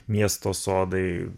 miesto sodai